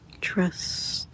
Trust